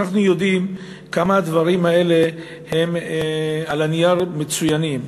אנחנו יודעים כמה הדברים האלה על הנייר הם מצוינים,